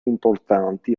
importanti